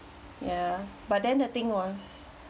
ya but then the thing was